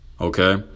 Okay